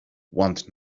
want